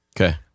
Okay